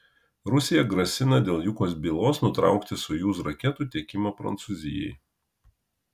rusija grasina dėl jukos bylos nutraukti sojuz raketų tiekimą prancūzijai